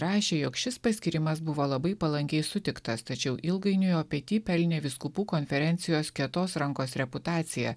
rašė jog šis paskyrimas buvo labai palankiai sutiktas tačiau ilgainiui opety pelnė vyskupų konferencijos kietos rankos reputaciją